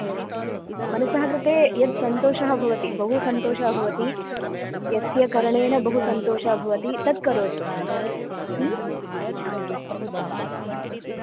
एवं मनसः कृते यत् सन्तोषः भवति बहु सन्तोषः भवति यस्य करणेन बहु सन्तोषः भवति तत् करोतु आम् उत्तमम्